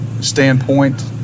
standpoint